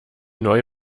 neue